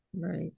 Right